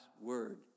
word